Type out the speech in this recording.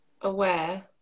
aware